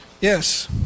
Yes